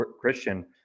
Christian